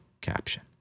caption